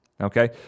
Okay